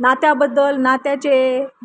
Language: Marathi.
नात्याबद्दल नात्याचे